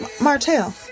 Martell